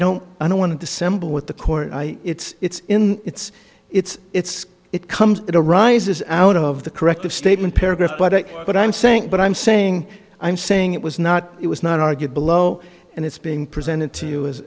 don't i don't want to dissemble with the court i it's it's it's it's it comes it arises out of the corrective statement paragraph but what i'm saying but i'm saying i'm saying it was not it was not argued below and it's being presented to you is